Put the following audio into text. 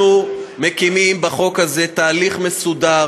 אנחנו מקימים בחוק הזה תהליך מסודר